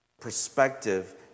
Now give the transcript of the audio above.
perspective